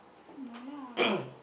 no lah